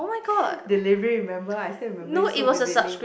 delivery remember I still remember it so vividly